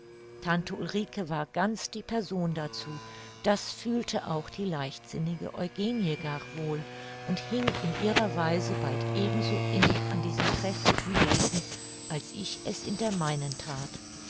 tante ulrike war ganz die person dazu das fühlte auch die leichtsinnige eugenie gar wohl und hing in ihrer weise bald eben so innig an diesem trefflichen wesen als ich es in der meinen that